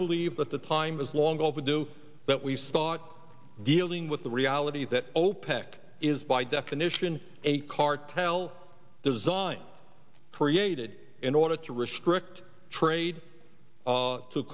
believe that the time is long overdue that we sought dealing with the reality that opec is by definition a cartel designed created in order to restrict trade